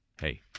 hey